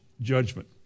judgment